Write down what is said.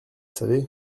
savez